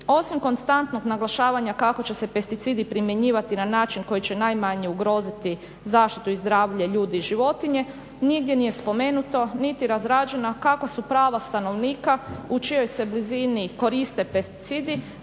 Osim konstantnog naglašavanja kako će se pesticidi primjenjivati na način koji će najmanje ugroziti zaštitu i zdravlje ljudi i životinje, nigdje nije spomenuto niti razrađena kakva su prava stanovnika u čijoj se blizini koriste pesticidi,